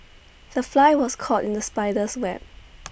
the fly was caught in the spider's web